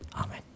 Amen